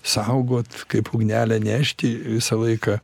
saugot kaip ugnelę nešti visą laiką